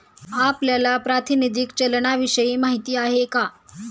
आपल्याला प्रातिनिधिक चलनाविषयी माहिती आहे का?